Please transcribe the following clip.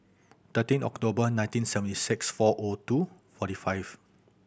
thirteen October nineteen seventy six four O two forty five